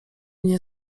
nie